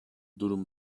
durum